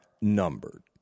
numbered